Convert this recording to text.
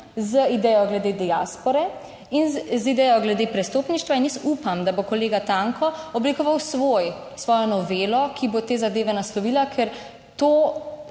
z idejo glede diaspore in z idejo glede prestopništva in jaz upam, da bo kolega Tanko oblikoval svoj, svojo novelo, ki bo te zadeve naslovila, ker to